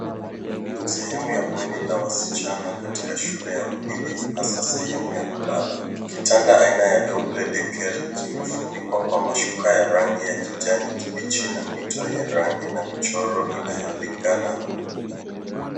Sehemu ya bweni la wasichana katika shule ya upili hasa sehemu ya kulala. Kitanda ya double deck kimefunikwa kwa mashuka ya rangi ya kijani na mito yenye rangi na michoro inayolingana.